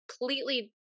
completely